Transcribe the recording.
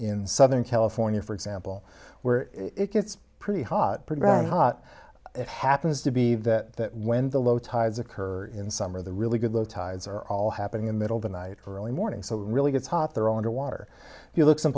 in southern california for example where it gets pretty hot program hot it happens to be that when the low tides occur in summer the really good low tides are all happening in middle of the night or early morning so really gets hot there on underwater if you look some